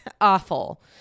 awful